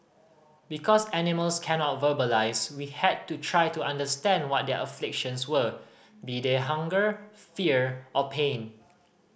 because animals cannot verbalise we had to try to understand what their afflictions were be they hunger fear or pain